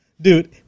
Dude